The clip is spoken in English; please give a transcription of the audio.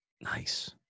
Nice